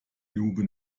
lupe